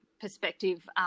perspective